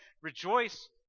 Rejoice